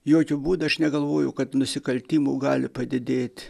jokiu būdu aš negalvoju kad nusikaltimų gali padidėt